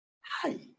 Hi